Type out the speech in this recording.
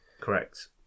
correct